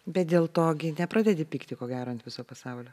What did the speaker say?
bet dėl to gi ne pradedi pykti ko gero ant viso pasaulio